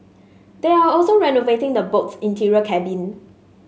they are also renovating the boat's interior cabin